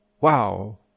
wow